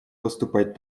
поступать